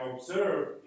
observe